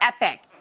epic